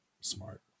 smart